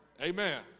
amen